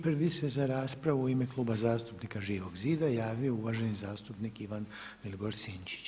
Prvi se za raspravu u ime Kluba zastupnika Živog zida javio uvaženi zastupnik Ivan Vilibor Sinčić.